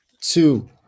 two